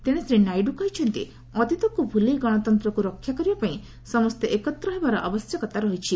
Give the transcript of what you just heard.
ତେଣେ ଶ୍ରୀ ନାଇଡୁ କହିଛନ୍ତି ଅତିତକୁ ଭୁଲି ଗଣତନ୍ତ୍ରକୁ ରକ୍ଷା କରିବା ପାଇଁ ସମସ୍ତେ ଏକତ୍ର ହେବାର ଆବଶ୍ୟକତା ରହିଛି